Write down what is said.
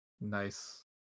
Nice